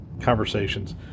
conversations